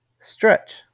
Stretch